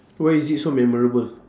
why is it so memorable